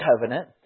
covenant